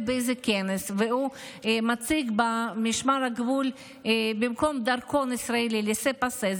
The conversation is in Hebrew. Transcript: בכנס והוא מציג במשמר הגבול במקום דרכון laissez-passer,